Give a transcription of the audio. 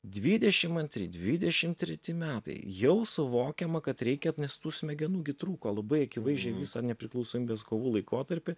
dvidešim antri dvidešim treti metai jau suvokiama kad reikia nes tų smegenų gi trūko labai akivaizdžiai visą nepriklausomybės kovų laikotarpį